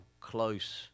close